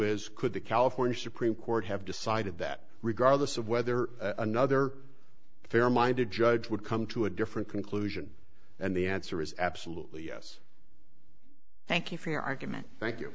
is could the california supreme court have decided that regardless of whether another fair minded judge would come to a different conclusion and the answer is absolutely yes thank you for your argument thank